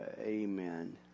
amen